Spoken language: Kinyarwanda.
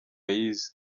yize